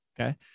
Okay